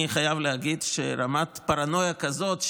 אני חייב להגיד שרמת פרנויה כזאת,